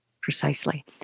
Precisely